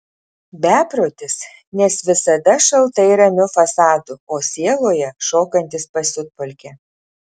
beprotis nes visada šaltai ramiu fasadu o sieloje šokantis pasiutpolkę